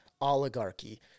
oligarchy